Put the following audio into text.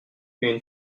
une